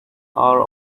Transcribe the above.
are